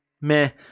meh